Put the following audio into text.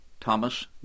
Thomas